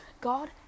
God